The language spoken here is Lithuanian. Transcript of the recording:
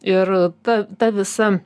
ir ta ta visa